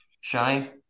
Shine